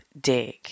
dig